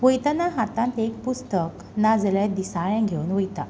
वयताना हातांत एक पुस्तक ना जाल्यार दिसाळें घेवन वयतां